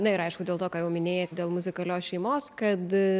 na ir aišku dėl to ką jau minėjai dėl muzikalios šeimos kad